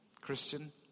Christian